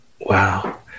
Wow